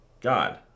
God